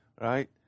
right